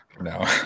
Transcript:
No